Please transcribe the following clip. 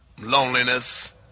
loneliness